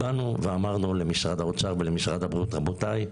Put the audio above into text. אמרנו למשרד האוצר ולמשרד הבריאות: רבותיי,